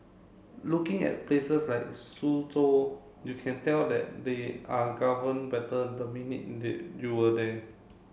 looking at places like Suzhou you can tell that they are governed better the minute you are there